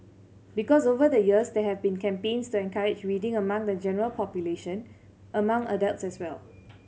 because over the years there have been campaigns to encourage reading among the general population among adults as well